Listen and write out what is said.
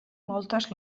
moltes